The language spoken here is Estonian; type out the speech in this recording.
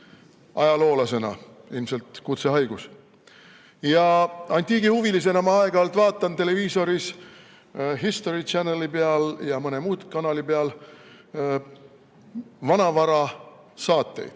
antiigihuviline, ilmselt kutsehaigus, ja antiigihuvilisena ma aeg-ajalt vaatan televiisoris History Channeli pealt ja mõne muu kanali pealt vanavarasaateid.